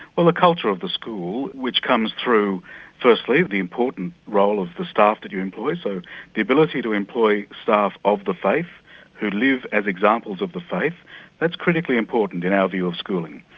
well, the culture of the school, which comes through firstly, the important role of the staff that you employ, so the ability to employ staff of the faith who live as examples of the faith that's critically important in our view of schooling.